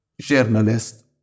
Journalist